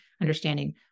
understanding